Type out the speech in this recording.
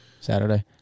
Saturday